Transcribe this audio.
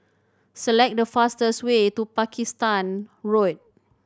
select the fastest way to Pakistan Road